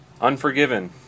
Unforgiven